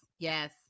Yes